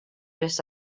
just